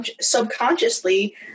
subconsciously